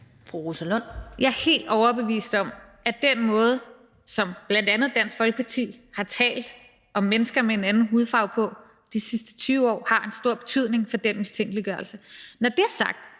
Jeg er helt overbevist om, at den måde, som bl.a. Dansk Folkeparti de sidste 20 år har talt om mennesker med en anden hudfarve på, har en stor betydning for den mistænkeliggørelse. Når det er sagt,